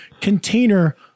container